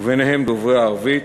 ובהם דוברי ערבית.